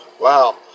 Wow